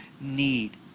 need